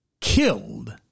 killed